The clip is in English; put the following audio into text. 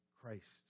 Christ